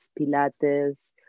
Pilates